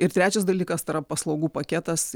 ir trečias dalykas tai yra paslaugų paketas